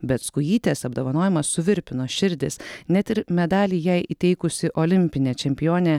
bet skujytės apdovanojimas suvirpino širdis net ir medalį jai įteikusi olimpinė čempionė